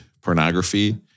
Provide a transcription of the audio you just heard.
pornography